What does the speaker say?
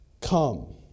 come